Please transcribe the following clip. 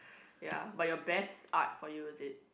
ya but your best art for you is it